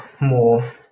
more